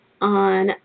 on